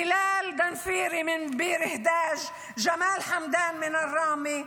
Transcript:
בילאל דנפירי מביר הדאג'; ג'מאל חמדאן מראמה,